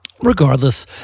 Regardless